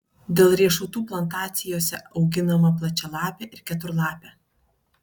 dėl riešutų plantacijose auginama plačialapė ir keturlapė